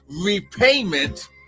repayment